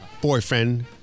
boyfriend